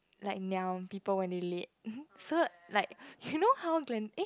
like niam people when they late so like you know how glen eh